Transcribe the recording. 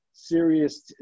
serious